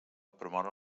promoure